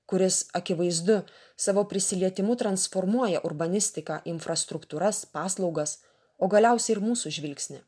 kuris akivaizdu savo prisilietimu transformuoja urbanistiką infrastruktūras paslaugas o galiausiai ir mūsų žvilgsnį